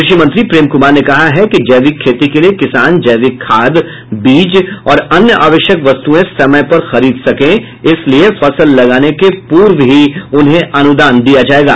कृषि मंत्री प्रेम कुमार ने कहा है कि जैविक खेती के लिये किसान जैविक खाद बीज और अन्य आवश्यक वस्तुयें समय पर खरीद सकें इसलिये फसल लगाने के पूर्व ही उन्हें अनुदान दिया जायेगा